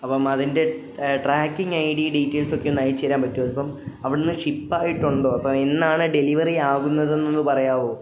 അപ്പോള് അതിൻ്റെ tracking I D ഡീറ്റെയിൽസൊക്കെ ഒന്നയച്ചുതരാൻ പറ്റുമോ ഇപ്പോള് അവിടെനിന്ന് ഷിപ്പായിട്ടുണ്ടോ അപ്പോള് എന്നാണ് ഡെലിവറി ആകുന്നതെന്നൊന്നു പറയാവോ